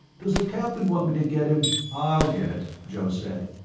does the captain want me to get him i'll get it, joe said.